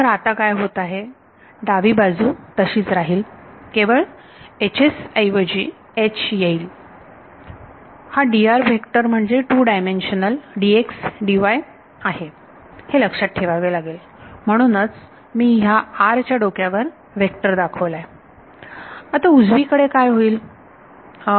तर आता काय होत आहे डावी बाजू तशीच राहील केवळ ऐवजी H येईल हा व्हेक्टर म्हणजे 2 डायमेन्शनल dxdy आहे हे लक्षात ठेवावे लागेल म्हणूनच मी ह्या r च्या डोक्यावर व्हेक्टर दाखवला आहे आता उजवीकडे काय होईल